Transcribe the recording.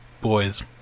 boys